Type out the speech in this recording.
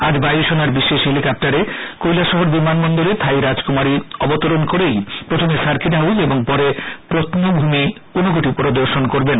আজ বায়ুসেনার বিশেষ হেলিকপ্টারে কৈলাসহর বিমানবন্দরে থাই রাজকুমারী অবতরণ করেই প্রথমে সার্কিট হাউজ ও পরে প্রভ্নভূমি ঊনকোটি পরিদর্শন করবেন